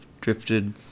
drifted